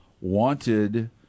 wanted